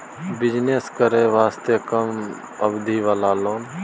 Business करे वास्ते कम अवधि वाला लोन?